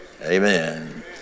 Amen